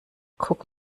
guck